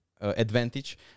advantage